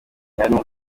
mwarimu